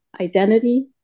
identity